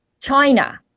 China